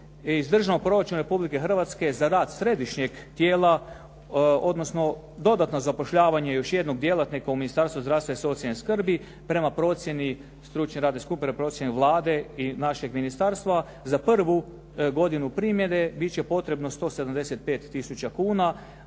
iz Državnog proračuna Republike Hrvatske za rad središnjeg tijela odnosno dodatno zapošljavanje još jednog djelatnika u Ministarstvu zdravstva i socijalne skrbi prema procjeni … /Govornik se ne razumije./… procjeni Vlade i našeg ministarstva, za prvu godinu primjene bit će potrebno 175 tisuća